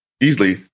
easily